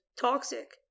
toxic